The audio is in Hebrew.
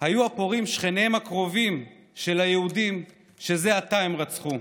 היו הפורעים שכניהם הקרובים של היהודים שזה עתה הם רצחו,